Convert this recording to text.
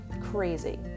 Crazy